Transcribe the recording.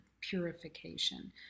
purification